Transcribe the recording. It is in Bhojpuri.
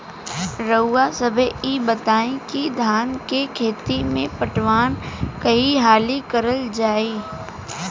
रउवा सभे इ बताईं की धान के खेती में पटवान कई हाली करल जाई?